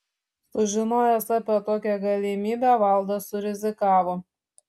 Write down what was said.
sužinojęs apie tokią galimybę vladas surizikavo